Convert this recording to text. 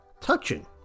Touching